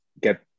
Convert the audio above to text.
get